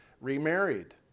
remarried